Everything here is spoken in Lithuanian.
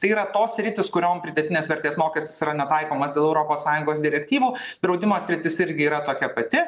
tai yra tos sritys kuriom pridėtinės vertės mokestis yra netaikomas europos sąjungos direktyvų draudimo sritis irgi yra tokia pati